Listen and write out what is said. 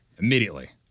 Immediately